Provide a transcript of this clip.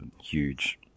huge